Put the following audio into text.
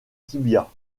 tibias